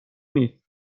نیست